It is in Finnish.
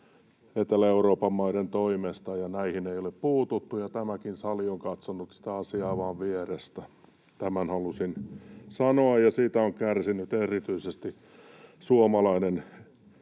Etelä-Euroopan maiden toimesta, ja tähän ei ole puututtu, ja tämäkin sali on katsonut sitä asiaa vain vierestä — tämän halusin sanoa — ja siitä on kärsinyt erityisesti suomalainen